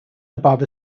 above